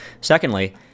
secondly